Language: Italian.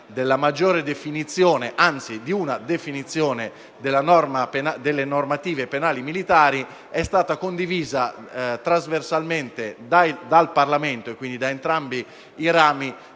una definizione delle normative penali militari è stata condivisa trasversalmente dal Parlamento, e quindi da entrambi i rami